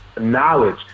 knowledge